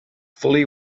fully